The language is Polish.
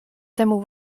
temu